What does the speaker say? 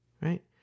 Right